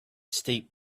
steep